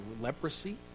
leprosy